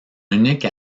unique